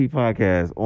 podcast